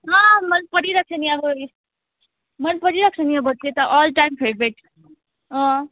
अँ मनपरिरहेको छ नि अब मनपरिरहेको छ नि अब त्यो त अल टाइम फेभरेट अँ